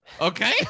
Okay